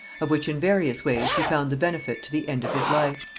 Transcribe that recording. of which in various ways he found the benefit to the end of his life.